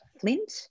flint